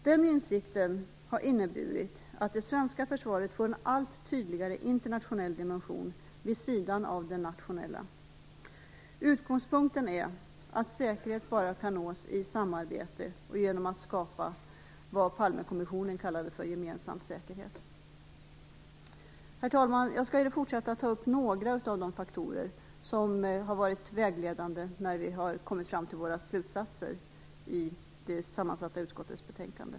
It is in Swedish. Den insikten har inneburit att det svenska försvaret får en allt tydligare internationell dimension vid sidan av den nationella. Utgångspunkten är att säkerhet bara kan nås genom att man samarbetar och genom att man skapar vad Palmekommissionen kallade för gemensam säkerhet. Herr talman! Jag skall ta upp några av de faktorer som har varit vägledande när vi har kommit fram till våra slutsatser i det sammansatta utskottets betänkande.